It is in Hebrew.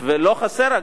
לא חסרים, אגב,